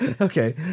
Okay